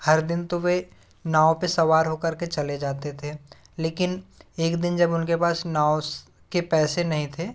हर दिन तो वे नाव पर सवार होकर के चले जाते थे लेकिन एक दिन जब उनके पास नाव के पैसे नहीं थे